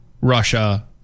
Russia